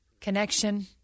connection